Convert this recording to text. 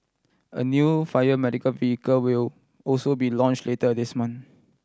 a new fire medical vehicle will also be launch later this month